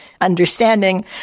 understanding